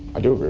i do agree